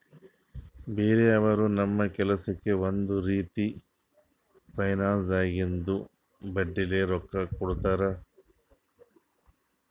ಬ್ಯಾರೆ ಅವರು ನಮ್ ಕೆಲ್ಸಕ್ಕ್ ಒಂದ್ ರೀತಿ ಫೈನಾನ್ಸ್ದಾಗಿಂದು ಬಡ್ಡಿಲೇ ರೊಕ್ಕಾ ಕೊಡ್ತಾರ್